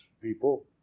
people